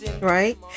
Right